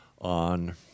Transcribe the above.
on